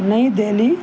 نئی دہلی